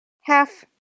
Half